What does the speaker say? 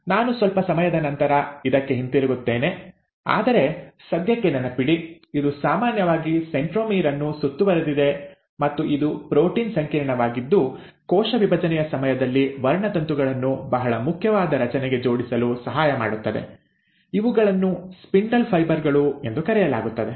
ನಾನು ಸ್ವಲ್ಪ ಸಮಯದ ನಂತರ ಇದಕ್ಕೆ ಹಿಂತಿರುಗುತ್ತೇನೆ ಆದರೆ ಸದ್ಯಕ್ಕೆ ನೆನಪಿಡಿ ಇದು ಸಾಮಾನ್ಯವಾಗಿ ಸೆಂಟ್ರೊಮೀರ್ ಅನ್ನು ಸುತ್ತುವರೆದಿದೆ ಮತ್ತು ಇದು ಪ್ರೋಟೀನ್ ಸಂಕೀರ್ಣವಾಗಿದ್ದು ಕೋಶ ವಿಭಜನೆಯ ಸಮಯದಲ್ಲಿ ವರ್ಣತಂತುಗಳನ್ನು ಬಹಳ ಮುಖ್ಯವಾದ ರಚನೆಗೆ ಜೋಡಿಸಲು ಸಹಾಯ ಮಾಡುತ್ತದೆ ಇವುಗಳನ್ನು ಸ್ಪಿಂಡಲ್ ಫೈಬರ್ ಗಳು ಎಂದು ಕರೆಯಲಾಗುತ್ತದೆ